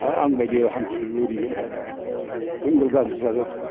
आ आंबादि हान्थु लोरिगोन ऐंकल गाज्रि जागोन